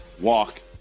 walk